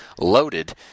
loaded